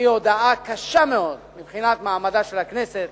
וזו הודאה קשה מאוד מבחינת מעמדה של הכנסת.